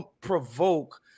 provoke